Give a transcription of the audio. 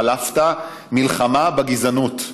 שלפת: מלחמה בגזענות,